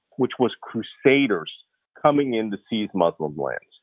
which was crusaders coming in to seize muslim lands.